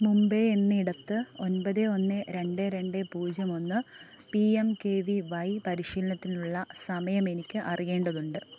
മുംബൈ എന്നയിടത്ത് ഒൻപത് ഒന്ന് രണ്ട് രണ്ട് പൂജ്യം ഒന്ന് P M K V Y പരിശീലനത്തിനുള്ള സമയം എനിക്ക് അറിയേണ്ടതുണ്ട്